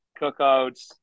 cookouts